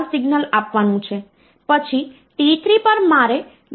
તેથી આ મુશ્કેલી ઊભી કરે છે અને આ પરિસ્થિતિને ઓવરફ્લો ની સમસ્યા તરીકે ઓળખવામાં આવે છે